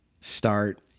start